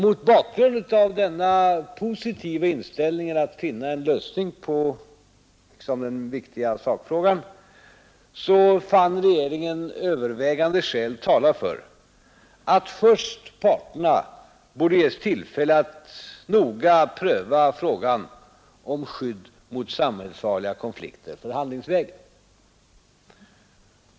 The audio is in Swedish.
Mot bakgrund av denna positiva inställning till att finna en lösning på den viktiga sakfrågan ansäg regeringen övervägande skäl tala för att parterna först borde ges tillfälle att noga pröva frågan om skydd mot samhällsfarliga konflikter förhandlingsvägen.